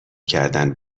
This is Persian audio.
کردن